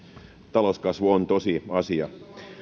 talouskasvu on tosiasia